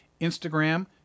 instagram